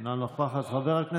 אתה לא יודע מה זה